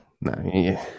no